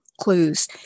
clues